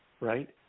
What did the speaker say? right